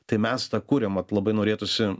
tai mes tą kuriam vat labai norėtųsi